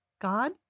God